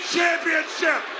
Championship